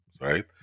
right